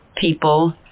people